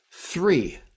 three